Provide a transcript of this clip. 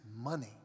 money